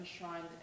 enshrined